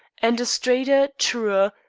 and a straighter, truer,